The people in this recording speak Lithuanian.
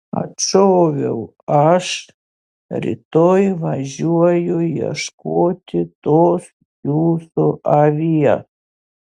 atšoviau aš rytoj važiuoju ieškoti tos jūsų avies